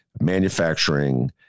manufacturing